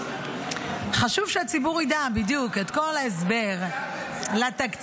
חשוב שהציבור ידע בדיוק את כל ההסבר לתקציב.